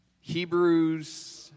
Hebrews